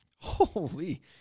Holy